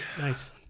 Nice